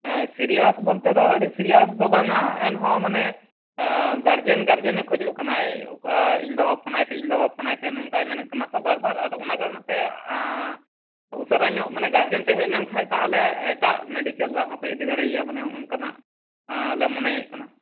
ᱦᱮᱸ ᱥᱤᱨᱤᱭᱟᱥ ᱵᱚᱞᱛᱮ ᱫᱚ ᱟᱹᱰᱤ ᱥᱤᱨᱤᱭᱟᱥ ᱫᱚ ᱵᱟᱝ ᱮᱱᱦᱚᱸ ᱢᱟᱱᱮ ᱜᱟᱨᱡᱮᱱ ᱜᱟᱨᱡᱮᱱᱮ ᱠᱷᱚᱡᱚᱜ ᱠᱟᱱᱟᱭ ᱤᱧ ᱵᱟᱵᱟ ᱯᱷᱳᱱᱟᱭᱪᱯᱮ ᱤᱧ ᱵᱟᱵᱟ ᱯᱷᱳᱱᱟᱭ ᱯᱮ ᱱᱚᱝᱠᱟᱭ ᱢᱮᱱᱮᱫ ᱠᱟᱱᱟ ᱛᱚ ᱵᱟᱨ ᱵᱟᱨ ᱟᱫᱚ ᱚᱱᱟ ᱠᱟᱨᱚᱱ ᱛᱮ ᱩᱥᱟᱹᱨᱟ ᱧᱚᱜ ᱜᱟᱨᱡᱮᱱ ᱯᱮ ᱦᱮᱡ ᱞᱮᱱᱠᱷᱟᱱ ᱛᱟᱦᱚᱞᱮ ᱮᱴᱟᱜ ᱢᱮᱰᱤᱠᱮᱞ ᱨᱮᱦᱚᱸ ᱯᱮ ᱤᱫᱤ ᱫᱟᱲᱮᱭᱟᱭ ᱢᱟᱱᱮ ᱱᱚᱜᱼᱚ ᱱᱚᱝᱠᱟᱱᱟᱜ ᱞᱮ ᱢᱚᱱᱮᱭᱮᱫ ᱠᱟᱱᱟ